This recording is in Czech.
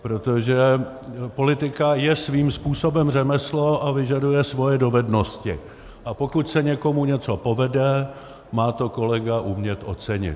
Protože politika je svým způsobem řemeslo a vyžaduje svoje dovednosti, a pokud se někomu něco povede, má to kolega umět ocenit.